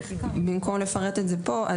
במקום לפרט את זה פה,